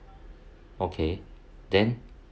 okay then